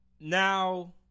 Now